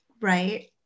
right